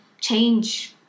change